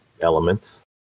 elements